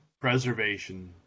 preservation